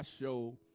show